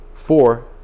four